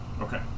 Okay